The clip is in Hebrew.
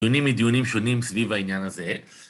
דיונים מדיונים שונים סביב העניין הזה